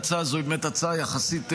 ההצעה הזו היא באמת הצעה יחסית פשוטה,